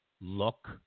look